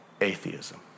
atheism